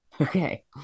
Okay